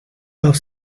darf